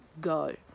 go